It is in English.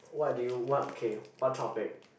what do you what okay what topic